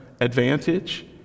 advantage